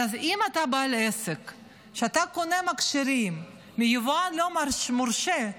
אם אתה בעל עסק וקונה מכשירים מיבואן לא מורשה,